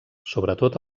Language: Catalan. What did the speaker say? sobretot